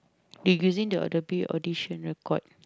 they using the the period audition record